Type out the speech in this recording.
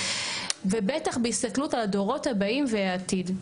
ובטח בהסתכלות על הדורות הבאים והעתיד.